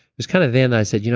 was kind of then i said, you know